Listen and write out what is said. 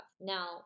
Now